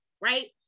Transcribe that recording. right